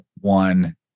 one